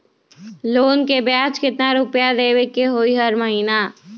Loan के ब्याज कितना रुपैया देबे के होतइ हर महिना?